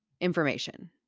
information